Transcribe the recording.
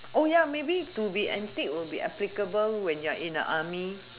oh ya maybe to be antic will be applicable when you're in the army